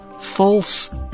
false